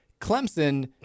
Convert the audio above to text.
Clemson